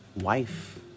wife